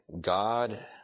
God